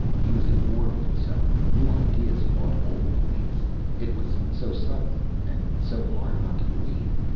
he was at war with himself. new ideas fought old beliefs it was so sudden and so hard not to believe.